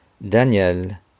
Daniel